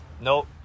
Nope